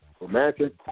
romantic